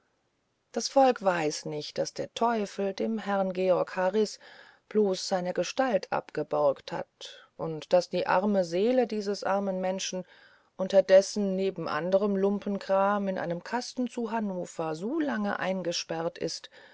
das volk weiß nicht daß der teufel dem herrn georg harrys bloß seine gestalt abgeborgt hat und daß die arme seele dieses armen menschen unterdessen neben anderem lumpenkram in einem kasten zu hannover so lange eingesperrt sitzt